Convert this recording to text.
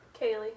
Kaylee